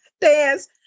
dance